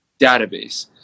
database